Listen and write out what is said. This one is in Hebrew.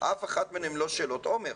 אף אחת מהן הן לא שאלות עומ"ר.